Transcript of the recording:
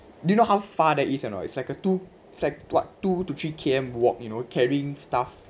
do you know how far that is or not it's like a two it's like what two to three K_M walk you know carrying stuff